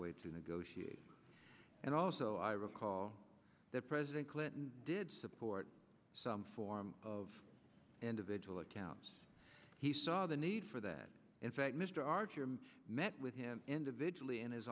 way to negotiate and also i recall that president clinton did support some form of individual accounts he saw the need for that in fact mr archer met with him individually in his